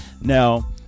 now